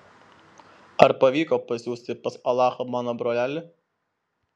ar pavyko pasiųsti pas alachą mano brolelį